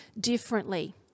differently